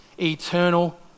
eternal